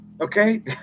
okay